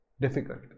Difficult